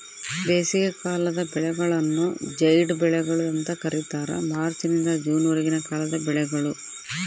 ಬೇಸಿಗೆಕಾಲದ ಬೆಳೆಗಳನ್ನು ಜೈಡ್ ಬೆಳೆಗಳು ಅಂತ ಕರೀತಾರ ಮಾರ್ಚ್ ನಿಂದ ಜೂನ್ ವರೆಗಿನ ಕಾಲದ ಬೆಳೆಗಳು